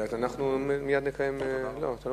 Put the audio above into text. אז אנחנו מייד נקיים הצבעה.